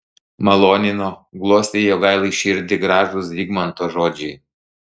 malonino glostė jogailai širdį gražūs zigmanto žodžiai